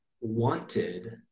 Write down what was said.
wanted